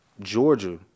Georgia